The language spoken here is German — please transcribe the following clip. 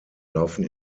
laufen